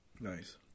Nice